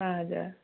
हजुर